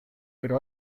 pero